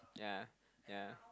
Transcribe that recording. yeah yeah